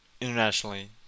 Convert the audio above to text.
internationally